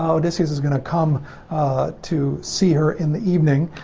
odysseus is going to come to see her in the evening.